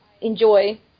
enjoy